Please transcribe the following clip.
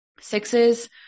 Sixes